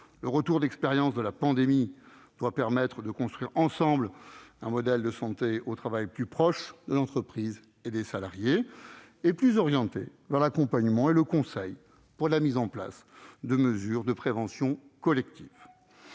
Le retour d'expérience de la pandémie doit permettre de construire, ensemble, un modèle de santé au travail plus proche de l'entreprise et des salariés, plus orienté vers l'accompagnement et le conseil pour la mise en place de mesures de prévention collective.